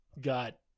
got